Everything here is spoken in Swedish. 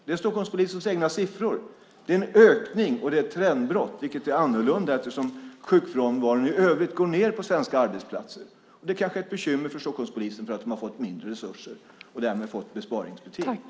Det är Stockholmspolisens egna siffror. Det är en ökning, och det är ett trendbrott. Det är annorlunda, eftersom sjukfrånvaron i övrigt går ned på svenska arbetsplatser. Det kanske är ett bekymmer för Stockholmspolisen för att de har fått mindre resurser och därmed har fått besparingsbeting.